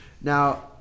Now